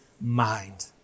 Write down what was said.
mind